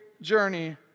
journey